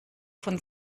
von